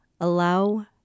Allow